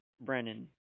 Brennan